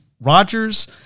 Rodgers